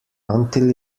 until